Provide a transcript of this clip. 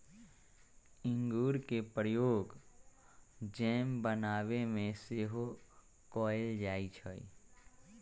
इंगूर के प्रयोग जैम बनाबे में सेहो कएल जाइ छइ